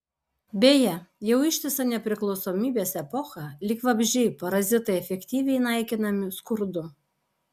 beje jau ištisą nepriklausomybės epochą lyg vabzdžiai parazitai efektyviai naikinami skurdu